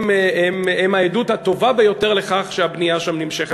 הם העדות הטובה ביותר לכך שהבנייה שם נמשכת.